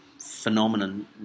phenomenon